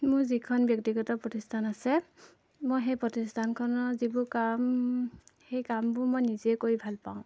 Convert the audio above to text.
মোৰ যিখন ব্যক্তিগত প্ৰতিষ্ঠান আছে মই সেই প্ৰতিষ্ঠানখনৰ যিবোৰ কাম সেই কামবোৰ মই নিজে কৰি ভালপাওঁ